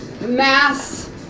mass